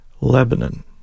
Lebanon